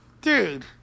Dude